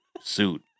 suit